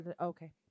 okay